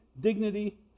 dignity